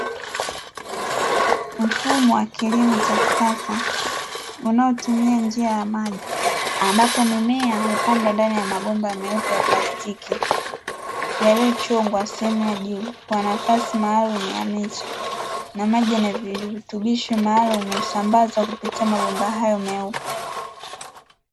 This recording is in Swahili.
Mfumo wa kilimo cha kisasa unaotumia njia ya maji ambapo mimea hupandwa ndani ya mabomba meupe ya plastiki yaliyochongwa sehemu ya juu kwa nafasi maalumu ya miche, na maji yenye virutubisho maalumu husambazwa kupitia mabomba hayo meupe.